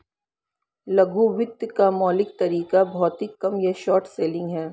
लघु वित्त का मौलिक तरीका भौतिक कम या शॉर्ट सेलिंग है